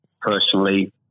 personally